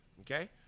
Okay